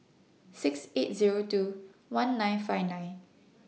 six eight Zero two one nine five nine